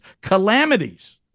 calamities